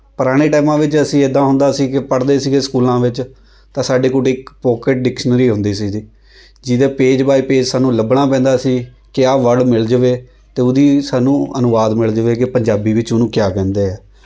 ਪੁਰਾਣੇ ਟਾਈਮਾਂ ਵਿੱਚ ਅਸੀਂ ਇੱਦਾਂ ਹੁੰਦਾ ਸੀ ਕਿ ਪੜ੍ਹਦੇ ਸੀਗੇ ਸਕੂਲਾਂ ਵਿੱਚ ਤਾਂ ਸਾਡੇ ਕੋਲ ਡਿਕ ਪੋਕਿਟ ਡਿਕਸ਼ਨਰੀ ਹੁੰਦੀ ਸੀ ਜੀ ਜਿਹਦੇ ਪੇਜ਼ ਬਾਏ ਪੇਜ਼ ਸਾਨੂੰ ਲੱਭਣਾ ਪੈਂਦਾ ਸੀ ਕਿ ਆਹ ਵਰਡ ਮਿਲ ਜਾਵੇ ਅਤੇ ਉਹਦੀ ਸਾਨੂੰ ਅਨੁਵਾਦ ਮਿਲ ਜਾਵੇ ਕਿ ਪੰਜਾਬੀ ਵਿੱਚ ਉਹਨੂੰ ਕਿਆ ਕਹਿੰਦੇ ਹੈ